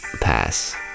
Pass